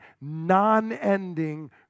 non-ending